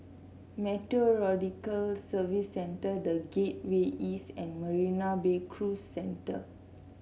Meteorological Services Centre The Gateway East and Marina Bay Cruise Centre